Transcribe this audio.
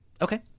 okay